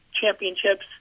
championships